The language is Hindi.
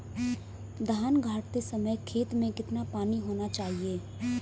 धान गाड़ते समय खेत में कितना पानी होना चाहिए?